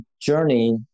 journey